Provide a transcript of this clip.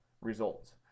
results